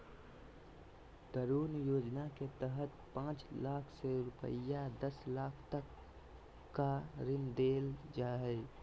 तरुण योजना के तहत पांच लाख से रूपये दस लाख तक का ऋण देल जा हइ